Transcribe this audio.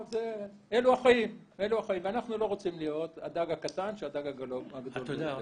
אלו החיים ואנחנו לא רוצים להיות הדג הקטן שהדג הגדול בולע אותו.